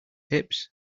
tips